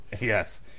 Yes